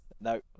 No